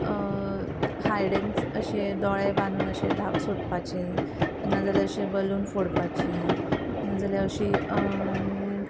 hide and अशे दोळे बांदून अशे धा सोदपाचे नाजाल्यार अशे बलून फोडपाची नाजाल्यार अशी